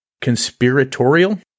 conspiratorial